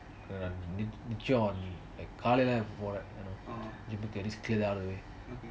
நிச்சியம் காலைல போறான்:nichiyam kaalaiala poran gym risk தான்:thaan all they way